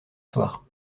soir